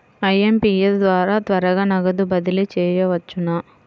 IMPS ద్వారా త్వరగా నగదు బదిలీ చేయవచ్చునా?